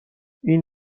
این